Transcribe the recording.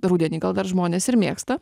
rudenį gal dar žmonės ir mėgsta